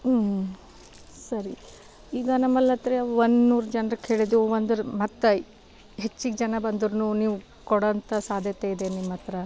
ಹ್ಞೂ ಸರಿ ಈಗ ನಮ್ಮಲ್ಲಾದರೆ ಒಂದುನೂರು ಜನರಿಗೆ ಹೇಳಿದ್ದೇವೆ ಒಂದರ್ ಮತ್ತೆ ಹೆಚ್ಚಿಗೆ ಜನ ಬಂದ್ರೂ ನೀವು ಕೋಡೊಂಥ ಸಾಧ್ಯತೆ ಇದೆ ನಿಮ್ಮ ಹತ್ರ